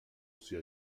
sia